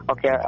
Okay